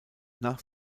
nach